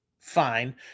Fine